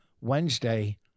Wednesday